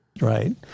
Right